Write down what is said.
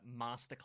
Masterclass